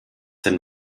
sind